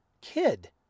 kid